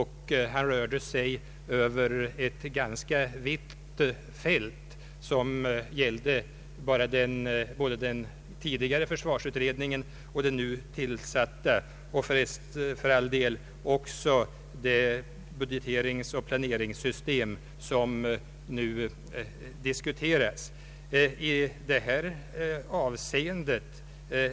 Han rörde sig över ett ganska vitt fält, som innefattade både den tidigare försvarsutredningen och den nu tillsatta — och för all del också det planeringsoch budgeteringssystem som nu diskuteras.